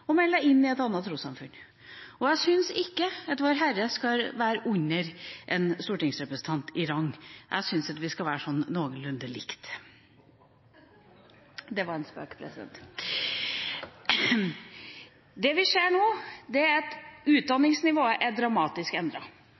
og melde seg inn i et annet trossamfunn. Jeg syns ikke at Vårherre skal være under en stortingsrepresentant i rang. Jeg syns at vi skal være sånn noenlunde like. – Det var en spøk, president. Det vi ser nå, er at utdanningsnivået er dramatisk